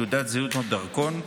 תעודת זהות או דרכון,